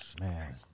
Man